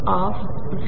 असेल